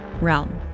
Realm